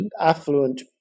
affluent